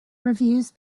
reviews